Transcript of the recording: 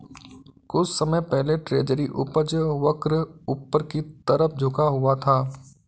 कुछ समय पहले ट्रेजरी उपज वक्र ऊपर की तरफ झुका हुआ था